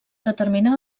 determinar